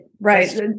right